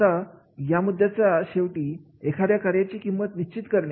आता या मुद्द्याच्या शेवटी एखाद्या कार्याची किंमत निश्चित करणे